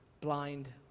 blind